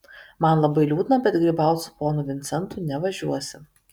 man labai liūdna bet grybaut su ponu vincentu nevažiuosi